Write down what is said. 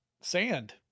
sand